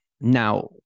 now